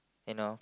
you know